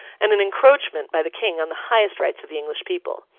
and an encroachment by the king on the highest rights of the english people.